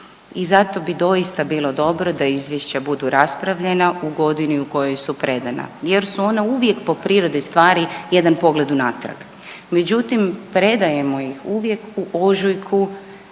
i zato bi doista bilo dobro da izvješća budu raspravljena u godini u kojoj su predana jer su ona uvijek po prirodi stvari jedan pogled unatrag. Međutim, predajemo ih uvijek u ožujku